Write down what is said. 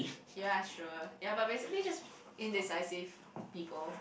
ya sure ya but basically just indecisive people